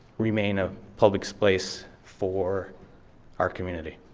remain a public place for our community.